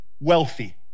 wealthy